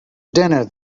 dinner